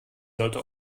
sollte